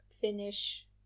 finish